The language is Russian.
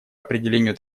определению